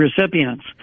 recipients